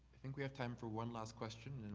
i think we have time for one last question,